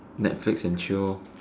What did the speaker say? netflix and chill lor